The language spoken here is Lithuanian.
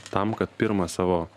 tam kad pirmą savo